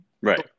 Right